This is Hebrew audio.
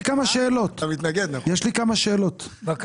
כמה עובדים חסרים היום במוסדות הסיעודיים?